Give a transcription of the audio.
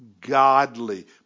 godly